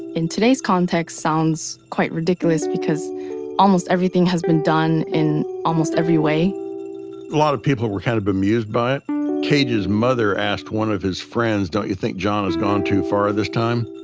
in today's context, sounds quite ridiculous, because almost everything has been done in almost every way a lot of people were kind of bemused by it cage's mother asked one of his friends, don't you think john has gone too far this time?